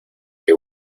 que